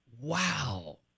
Wow